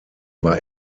war